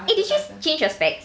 eh did you change your specs